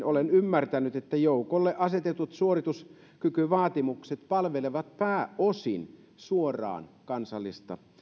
olen ymmärtänyt että joukolle asetetut suorituskykyvaatimukset palvelevat pääosin suoraan kansallista